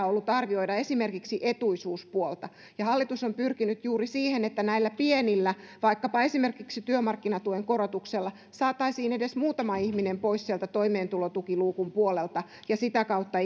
ollut arvioida esimerkiksi etuisuuspuolta ja hallitus on pyrkinyt juuri siihen että näillä pienillä korotuksilla vaikkapa esimerkiksi työmarkkinatuen korotuksella saataisiin edes muutama ihminen pois toimeentulotukiluukun puolelta ja sitä kautta